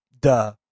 Duh